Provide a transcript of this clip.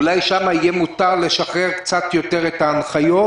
אולי שם יהיה מותר לשחרר קצת יותר את ההנחיות.